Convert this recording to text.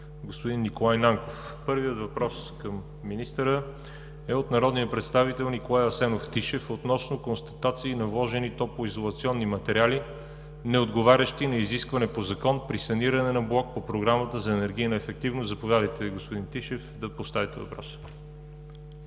господин Николай Нанков. Първият въпрос към министъра е от народния представител Николай Асенов Тишев относно констатации на вложени топло изолационни материали, неотговарящи на изискване по Закон, при саниране на блок по Програмата за енергийна ефективност. Заповядайте, господин Тишев, да поставите въпроса.